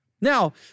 Now